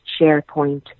SharePoint